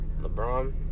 LeBron